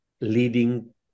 leading